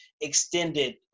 extended